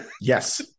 Yes